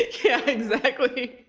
yeah, exactly.